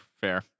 fair